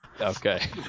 Okay